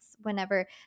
Whenever